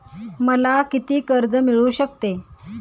मला किती कर्ज मिळू शकते?